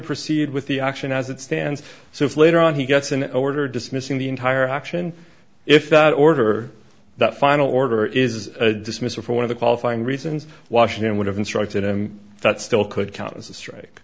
proceed with the action as it stands so if later on he gets an order dismissing the entire action if that order that final order is dismissed or for one of the qualifying reasons washington would have instructed him that still could count as a strike